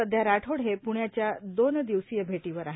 सध्या राठोड हे प्ण्याच्या द्वि दिवसीय भेटीवर आहेत